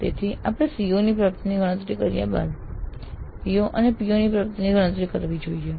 તેથી આપણે COs ની પ્રાપ્તિની ગણતરી કર્યા બાદ PO અને PSO ની પ્રાપ્તિની ગણતરી કરવી જોઈએ